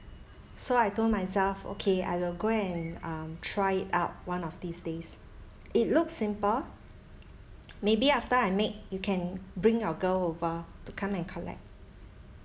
so I told myself okay I will go and um try it out one of these days it looks simple maybe after I make you can bring your girl over to come and collect